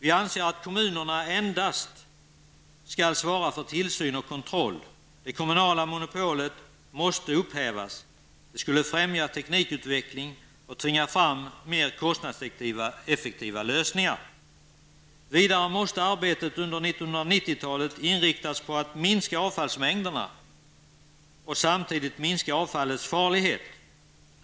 Vi anser att kommunerna endast skall svara för tillsyn och kontroll. Det kommunala monopolet måste upphävas. Det skulle främja teknikutveckling och tvinga fram mer kostnadseffektiva lösningar. Vidare måste arbetet under 1990-talet inriktas på att minska avfallsmängderna och samtidigt minska avfallets farlighet.